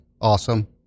Awesome